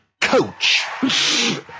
Coach